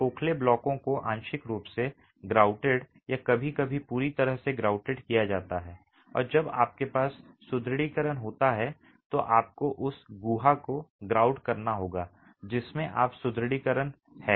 खोखले ब्लॉकों को आंशिक रूप से grouted या कभी कभी पूरी तरह से grouted किया जाता है और जब आपके पास सुदृढीकरण होता है तो आपको उस गुहा को grout करना होगा जिसमें आप सुदृढीकरण हैं